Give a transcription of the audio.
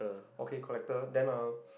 okay collector than a